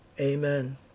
Amen